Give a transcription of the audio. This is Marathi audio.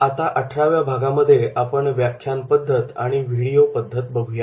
आता अठराव्या भागामध्ये आपण व्याख्यान पद्धत आणि व्हिडीओ पद्धत बघूया